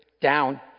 down